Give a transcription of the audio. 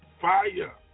fire